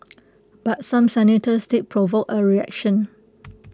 but some senators did provoke A reaction